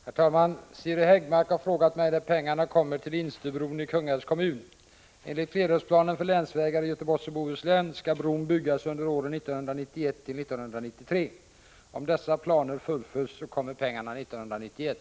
Herr talman! Siri Häggmark har frågat mig när pengarna kommer till Instöbron i Kungälvs kommun. Enligt flerårsplanen för länsvägar i Göteborgs och Bohus län skall bron byggas under åren 1991-93. Om dessa planer fullföljs så kommer pengarna 1991.